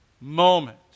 moment